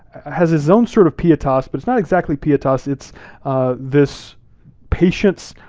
has his own sort of pietas, but it's not exactly pietas, it's this patience,